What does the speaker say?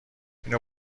اینو